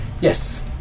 yes